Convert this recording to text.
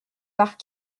par